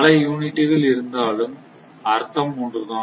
பல யூனிட்டுகள் இருந்தாலும் அர்த்தம் ஒன்றுதான்